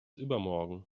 übermorgen